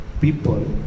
people